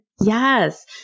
Yes